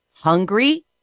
Hungry